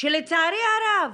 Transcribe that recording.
שלצערי הרב,